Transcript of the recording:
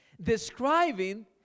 Describing